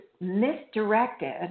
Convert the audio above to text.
misdirected